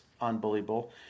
unbelievable